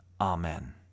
Amen